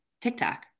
TikTok